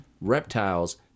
reptiles